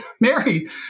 Mary